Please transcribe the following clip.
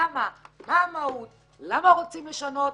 למה, מה המהות, למה רוצים לשנות?